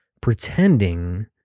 pretending